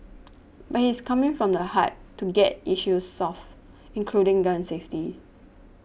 but he's coming from the heart to get issues solved including gun safety